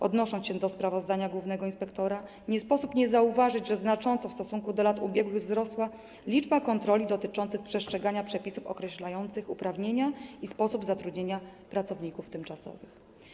Odnosząc się do sprawozdania głównego inspektora, nie sposób nie zauważyć, że znacząco w stosunku do lat ubiegłych wzrosła liczba kontroli dotyczących przestrzegania przepisów określających uprawnienia i sposób zatrudniania pracowników tymczasowych.